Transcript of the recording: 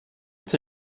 est